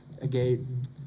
again